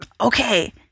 Okay